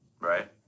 right